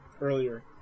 earlier